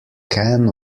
can